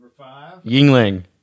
Yingling